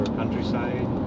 countryside